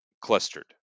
clustered